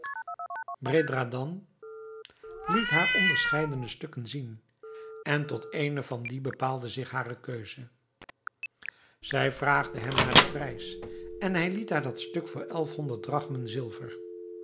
bredradan liet haar onderscheidene stukken zien en tot eene van die bepaalde zich hare keus zij vraagde hem naar den prijs en hij liet haar dat stuk voor elf honderd drachmen zilver